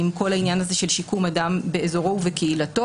כל העניין הזה של שיקום אדם באזורו ובקהילתו.